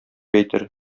әйтер